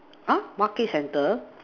uh Market centre